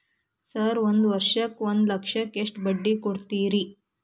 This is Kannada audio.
ಸರ್ ಒಂದು ವರ್ಷಕ್ಕ ಒಂದು ಲಕ್ಷಕ್ಕ ಎಷ್ಟು ಬಡ್ಡಿ ಕೊಡ್ತೇರಿ?